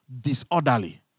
disorderly